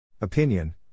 Opinion